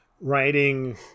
writing